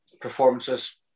performances